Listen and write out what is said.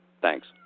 thanks